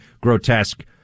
grotesque